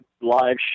live